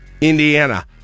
Indiana